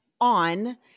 on